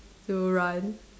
to run